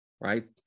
right